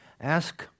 ask